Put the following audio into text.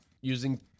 using